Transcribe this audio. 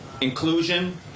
inclusion